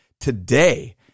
today